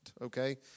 okay